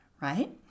right